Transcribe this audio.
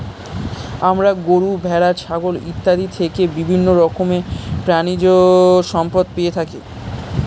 আমরা গরু, ভেড়া, ছাগল ইত্যাদি থেকে বিভিন্ন রকমের প্রাণীজ সম্পদ পেয়ে থাকি